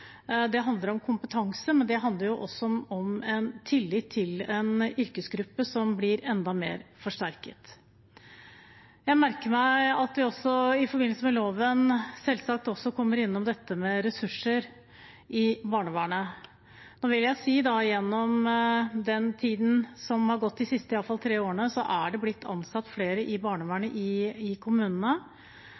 Det handler om kompetanse, men det handler også om tillit til en yrkesgruppe som blir enda mer forsterket. Jeg merker meg at vi, i forbindelse med loven, selvsagt også kommer innom dette med ressurser i barnevernet. Gjennom den tiden som har gått, iallfall de siste tre årene, er det blitt ansatt flere i barnevernet i kommunene, og jeg mener også at kommunene